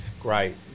great